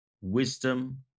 wisdom